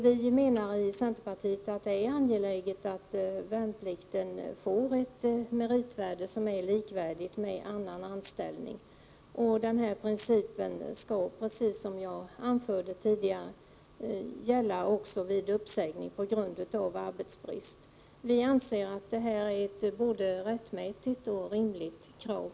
Vi menar i centerpartiet att det är angeläget att värnplikten får ett meritvärde som är likvärdigt med annan anställning. Den principen skall, precis som jag anförde tidigare, gälla också vid uppsägning på grund av arbetsbrist. Vi anser att detta är ett både rättmätigt och rimligt krav.